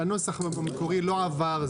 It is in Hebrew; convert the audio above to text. הנוסח המקורי לא עבר,